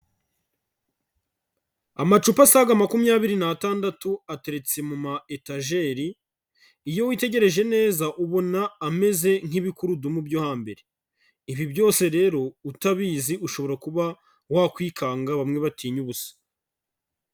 Amacupa asaga makumyabiri n'atandatu, ateretse mu ma etajeri, iyo witegereje neza, ubona ameze nk'ibikurudumu byo hambere. Ibi byose rero, utabizi ushobora kuba wakwikanga, bamwe batinya ubusa.